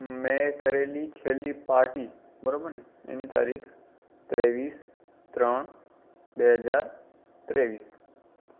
મેં કરેલી છેલ્લી પાર્ટી બરાબર ને એની તારીખ ત્રેવીસ ત્રણ બે હજાર ત્રેવીસ